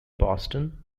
boston